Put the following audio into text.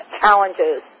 challenges